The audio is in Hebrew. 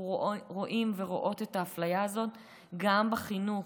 אנחנו רואים את האפליה הזאת גם בחינוך.